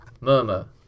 Murmur